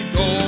go